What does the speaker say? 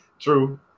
True